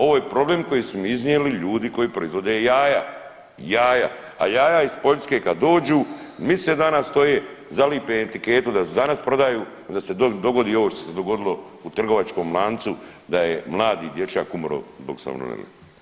Ovo je problem koji su mi iznijeli ljudi koji proizvode jaja, jaja, a jaja iz Poljske kad dođu misec dana stoje, zalipe etiketu da se danas prodaju, da se doli dogodi ovo što se dogodilo u trgovačkom lancu da je mladi dječak umro zbog salmonele.